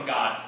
God